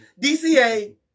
DCA